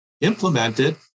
implemented